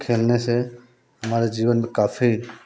खेलने से हमारे जीवन में काफ़ी